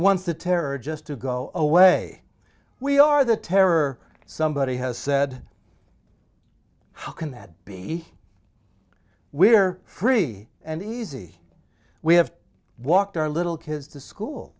wants the terror just to go away we are the terror somebody has said how can that be we're free and easy we have walked our little kids to school